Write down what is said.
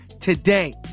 today